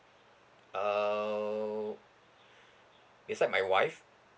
oh besides my wife